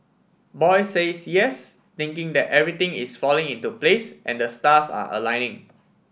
boy says yes thinking that everything is falling into place and the stars are aligning